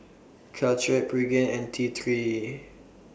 Caltrate Pregain and T three